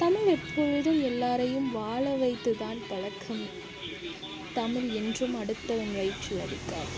தமிழ் எப்பொழுதும் எல்லாரையும் வாழ வைத்து தான் பழக்கம் தமிழ் என்றும் அடுத்தவன் வயிற்றில் அடிக்காது